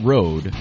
Road